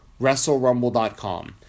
WrestleRumble.com